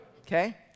Okay